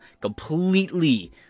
Completely